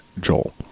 Joel